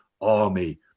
army